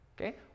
okay